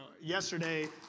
yesterday